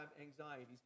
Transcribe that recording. anxieties